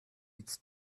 its